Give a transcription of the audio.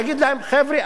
להגיד להם: חבר'ה,